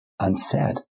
unsaid